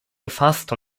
gefasst